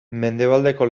mendebaldeko